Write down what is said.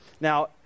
Now